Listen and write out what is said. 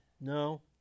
No